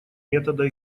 метода